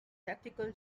tactical